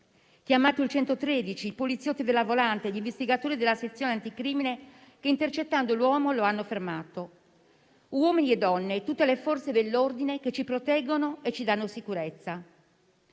chiamato il 113 e i poliziotti della volante e gli investigatori della sezione anticrimine che, intercettando l'uomo, lo hanno fermato. Gli uomini e le donne delle Forze dell'ordine ci proteggono e ci danno sicurezza.